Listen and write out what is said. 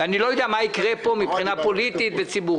ואני לא יודע מה יקרה פה מבחינה פוליטית וציבורית.